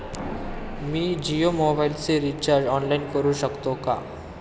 मी जियो मोबाइलचे recharge online करू शकते का?